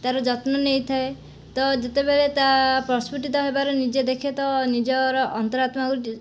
ତା'ର ଯତ୍ନ ନେଇଥାଏ ତ ଯେତେବେଳେ ତା' ପ୍ରସ୍ପୁଟିତ ହେବାର ନିଜେ ଦେଖେ ତ ନିଜର ଅନ୍ତର ଆତ୍ମାକୁ